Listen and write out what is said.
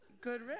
good